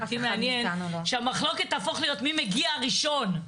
אותי מעניין שהמחלוקת תהפוך להיות מי מגיע ראשון,